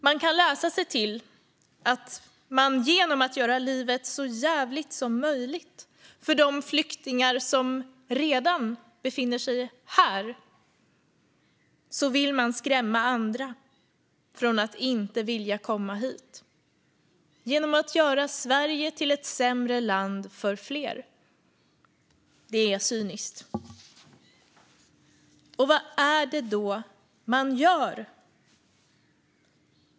Vi kan läsa oss till att man genom att göra livet så jävligt som möjligt för de flyktingar som redan befinner sig här vill skrämma andra att inte vilja komma hit, genom att göra Sverige till ett sämre land för fler. Det är cyniskt. Vad är det då man gör?